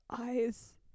eyes